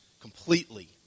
completely